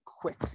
quick